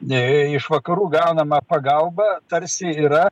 iš vakarų gaunama pagalba tarsi yra